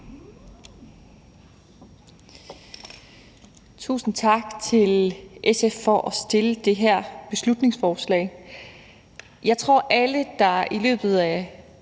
Tusind tak til SF for at fremsætte det her beslutningsforslag. Jeg tror, alle, der i løbet af